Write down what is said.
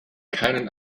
keinen